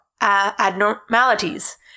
abnormalities